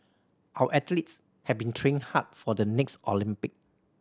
our athletes have been training hard for the next Olympic